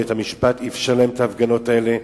בית-המשפט אפשר להם את ההפגנות האלה,